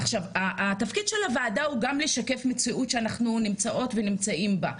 התפקיד של הוועדה הוא גם לשקף מציאות שאנחנו נמצאות ונמצאים בה,